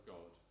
God